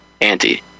anti